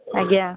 ଆଜ୍ଞା